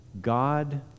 God